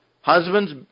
Husbands